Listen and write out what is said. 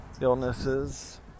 illnesses